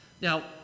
Now